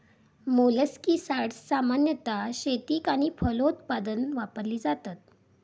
मोलस्किसाड्स सामान्यतः शेतीक आणि फलोत्पादन वापरली जातत